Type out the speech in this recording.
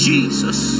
Jesus